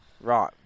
Right